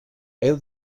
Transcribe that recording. heu